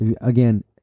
again